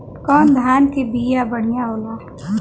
कौन धान के बिया बढ़ियां होला?